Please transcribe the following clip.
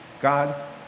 god